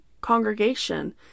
congregation